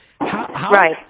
Right